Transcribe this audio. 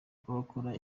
rw’abakora